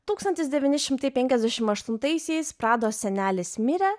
tūkstantis devyni šimtai penkiasdešimt aštuntaisiais prados senelis mirė